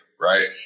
right